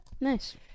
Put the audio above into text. nice